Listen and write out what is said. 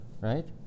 right